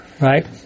right